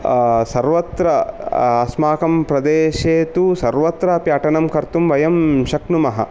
सर्वत्र अस्माकं प्रदेशे तु सर्वत्र अपि अटनं कर्तुं वयं शक्नुमः